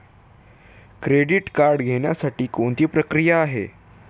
Credit card घेण्यासाठी कोणती प्रक्रिया आहे?